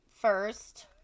first